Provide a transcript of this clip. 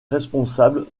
responsable